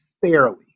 fairly